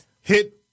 hit